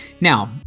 Now